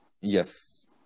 Yes